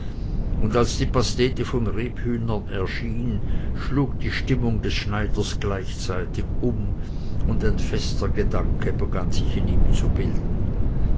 und als die pastete von rebhühnern erschien schlug die stimmung des schneiders gleichzeitig um und ein fester gedanke begann sich in ihm zu bilden